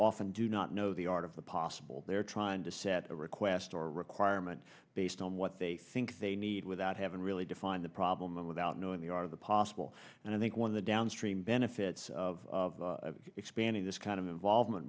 often do not know the art of the possible they're trying to set a request or requirement based on what they think they need without having really defined the problem without knowing the art of the possible and i think one of the downstream benefits of expanding this kind of involvement